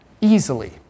Easily